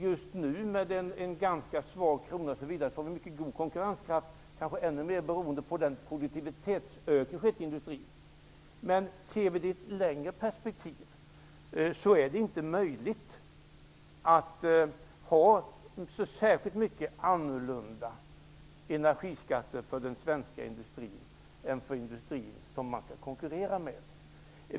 Just nu när kronan är ganska svag och konkurrenskraften mycket god är vi kanske ännu mer beroende av produktivitetsökningen i industrin. I ett längre pespektiv är det inte möjligt att ha så särskilt mycket annorlunda energiskatter för den svenska industrin än för den industri som man skall konkurrera med.